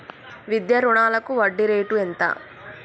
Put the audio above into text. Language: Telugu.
విద్యా రుణాలకు వడ్డీ రేటు ఎంత?